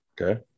Okay